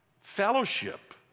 fellowship